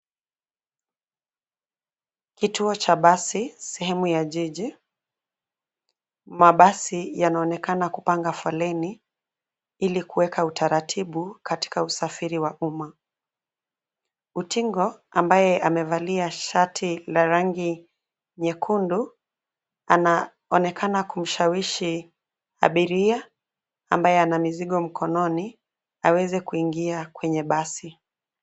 Kituo cha basi, sehemu ya jiji, mabasi yanaonekana kupanga foleni ili kuweka utaratibu katika usafiri wa umma. Utingo, ambaye amevalia shati la rangi nyekundu anaonekana kumshawishi abiria ambaye ana mizigo mikononi aweze kuingia kwenye basi.